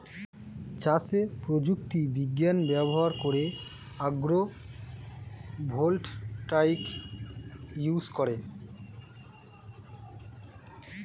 চাষে প্রযুক্তি বিজ্ঞান ব্যবহার করে আগ্রো ভোল্টাইক ইউজ করে